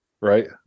Right